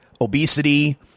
obesity